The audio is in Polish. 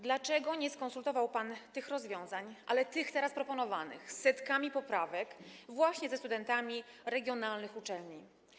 Dlaczego nie skonsultował pan tych rozwiązań, ale tych teraz proponowanych, z setkami poprawek, właśnie ze studentami regionalnych uczelni?